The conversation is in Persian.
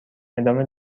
ادامه